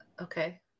okay